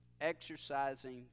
Exercising